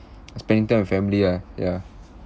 spending time with family ah ya